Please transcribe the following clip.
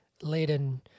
laden